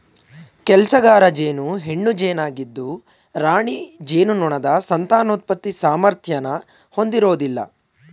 ಕೆಲ್ಸಗಾರ ಜೇನು ಹೆಣ್ಣು ಜೇನಾಗಿದ್ದು ರಾಣಿ ಜೇನುನೊಣದ ಸಂತಾನೋತ್ಪತ್ತಿ ಸಾಮರ್ಥ್ಯನ ಹೊಂದಿರೋದಿಲ್ಲ